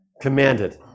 commanded